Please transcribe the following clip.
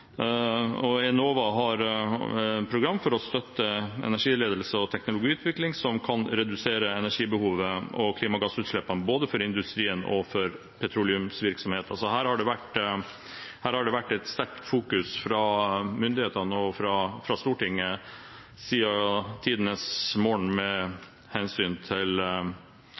Enova har program for å støtte energiledelse og teknologiutvikling som kan redusere energibehovet og klimagassutslippene både for industrien og for petroleumsvirksomheten. Her har det vært et sterkt fokus fra myndighetene og fra Stortinget siden tidenes morgen med hensyn til